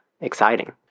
exciting